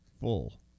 full